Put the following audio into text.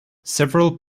several